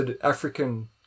African